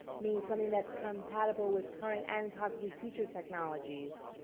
means something that's compatible with current and possibly future technologies.